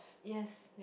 yes